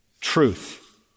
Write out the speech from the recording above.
truth